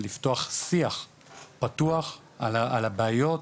לפתוח שיח פתוח על הבעיות,